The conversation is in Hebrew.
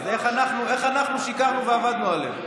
אז איך אנחנו שיקרנו ועבדנו עליהם?